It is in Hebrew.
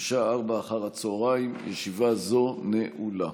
בשעה 16:00. ישיבה זו נעולה.